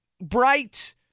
bright